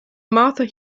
martha